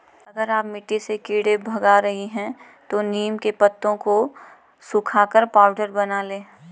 अगर आप मिट्टी से कीड़े भगा रही हैं तो नीम के पत्तों को सुखाकर पाउडर बना लें